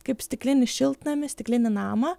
kaip stiklinį šiltnamį stiklinį namą